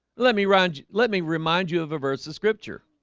let me run. let me remind you of a verse of scripture